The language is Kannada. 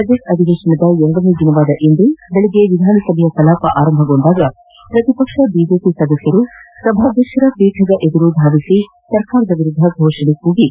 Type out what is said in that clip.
ಬಜೆಟ್ ಅಧಿವೇಶನದ ಎರಡನೇ ದಿನವಾದ ಇಂದು ಬೆಳಗ್ಗೆ ವಿಧಾನಸಭೆಯ ಕಲಾಪ ಆರಂಭಗೊಂಡಾಗ ಪ್ರತಿ ಪಕ್ಷ ಬಿಜೆಪಿ ಸದಸ್ಯರು ಸಭಾಧ್ಯಕ್ಷರ ಪೀಠದ ಎದುರು ಧಾವಿಸಿ ಸರ್ಕಾರದ ವಿರುದ್ದ ಫೋಷಣೆ ಕೂಗಿದರು